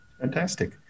Fantastic